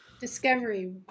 discovery